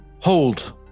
Hold